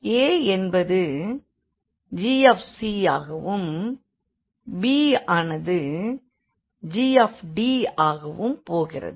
a என்பது gஆகவும் b ஆனது g ஆகவும் போகிறது